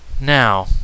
Now